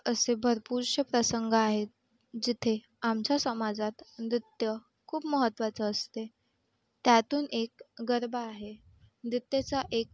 असे भरपूरसे प्रसंग आहेत जिथे आमच्या समाजात नृत्य खूप महत्त्वाचं असते त्यातून एक गरबा आहे नृत्याचा एक